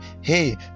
Hey